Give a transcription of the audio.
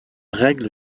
règle